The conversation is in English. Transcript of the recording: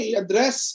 address